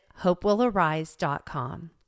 HopeWillArise.com